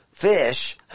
fish